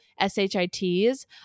shits